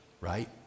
right